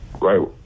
right